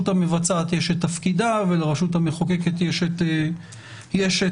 המבצעת יש את תפקידה ולרשות המחוקקת יש את תפקידה.